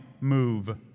move